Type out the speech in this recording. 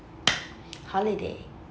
holiday